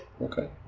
Okay